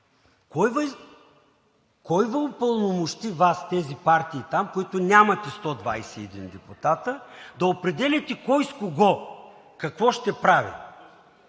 Кой Ви упълномощи Вас, тези партии там, които нямат и 121 депутати, да определяте кой с кого какво ще прави?